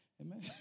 Amen